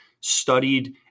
studied